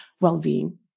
well-being